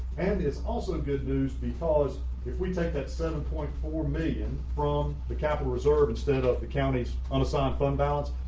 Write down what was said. and it's also good news because if we take that seven point four million from the capital resorb, instead of the county's unassigned fund balance,